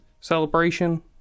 celebration